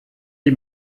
die